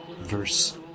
verse